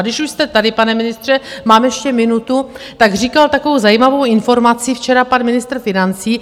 Když už jste tady, pane ministře mám ještě minutu tak říkal takovou zajímavou informaci včera pan ministr financí.